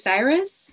Cyrus